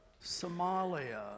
Somalia